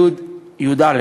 י' י"א,